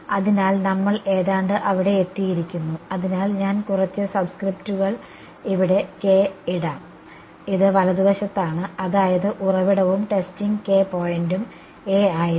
അതിനാൽ നമ്മൾ ഏതാണ്ട് അവിടെ എത്തിയിരിക്കുന്നു അതിനാൽ ഞാൻ കുറച്ച് സബ്സ്ക്രിപ്റ്റുകൾ ഇവിടെ ഇടാം ഇത് വലതുവശത്താണ് അതായത് ഉറവിടവും ടെസ്റ്റിംഗ് പോയിന്റും ആയിരുന്നു